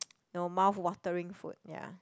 you know mouth watering food ya